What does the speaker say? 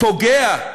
פוגע,